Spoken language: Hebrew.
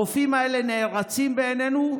הרופאים האלה נערצים בעינינו,